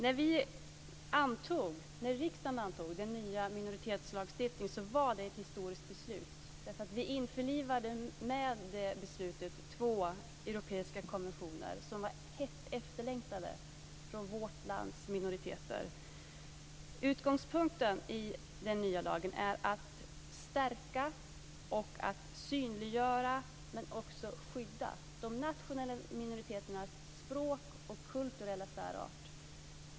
Fru talman! När riksdagen antog den nya minoritetslagstiftningen så var det ett historiskt beslut. Med det beslutet införlivade vi två europeiska konventioner som var hett efterlängtade från vårt lands minoriteter. Utgångspunkten i den nya lagen är att stärka och synliggöra men också skydda de nationella minoriteternas språk och kulturella särart.